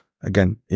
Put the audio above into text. again